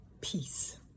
peace